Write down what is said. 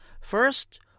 First